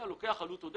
מדובר בעלות עודפת,